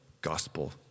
gospel